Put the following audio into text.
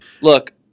Look